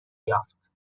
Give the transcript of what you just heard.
یافت